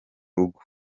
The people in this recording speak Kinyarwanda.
rugo